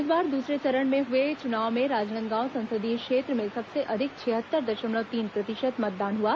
इस बार दूसरे चरण में हुए चुनाव में राजनादगांव संसदीय क्षेत्र में सबसे अधिक छिहत्तर दशमलव तीन प्रतिशत मतदान हुआ